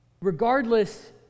regardless